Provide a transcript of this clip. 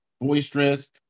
boisterous